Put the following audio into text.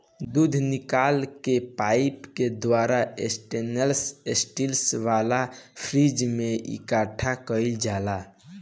दूध निकल के पाइप के द्वारा स्टेनलेस स्टील वाला फ्रिज में इकठ्ठा कईल जाला